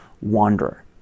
wanderer